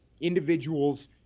individuals